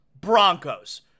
Broncos